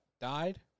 died